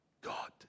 God